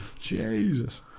Jesus